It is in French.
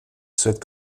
souhaite